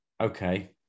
okay